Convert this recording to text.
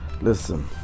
listen